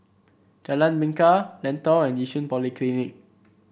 Jalan Bingka Lentor and Yishun Polyclinic